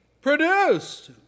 produced